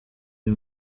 uyu